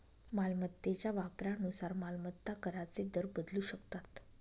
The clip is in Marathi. मालमत्तेच्या वापरानुसार मालमत्ता कराचे दर बदलू शकतात